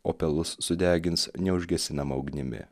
o pelus sudegins neužgesinama ugnimi